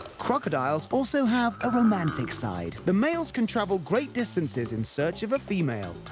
crocodiles also have a romantic side. the males can travel great distances in search of a female.